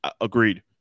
agreed